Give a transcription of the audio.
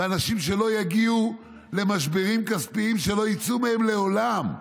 שלא יגיעו למשברים כספיים שלא יצאו מהם לעולם.